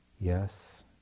Yes